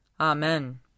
Amen